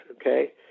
okay